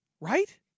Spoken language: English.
right